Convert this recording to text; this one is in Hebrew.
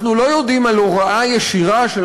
אנחנו לא יודעים על הוראה ישירה של